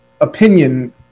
opinion